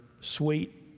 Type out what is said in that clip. sweet